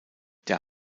der